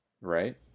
right